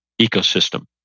ecosystem